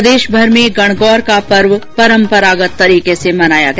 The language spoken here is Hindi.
प्रदेशभर में गणगौर का पर्व परम्परागत तरीके से मनाया गया